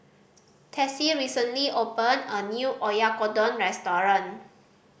Tessie recently opened a new Oyakodon Restaurant